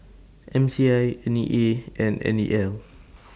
M T I N E A and N E L